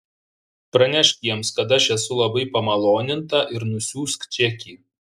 pranešk jiems kad aš esu labai pamaloninta ir nusiųsk čekį